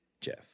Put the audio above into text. Jeff